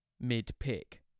Mid-pick